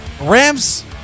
Rams